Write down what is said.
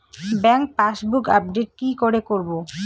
Bank passbook update কি করে করবো?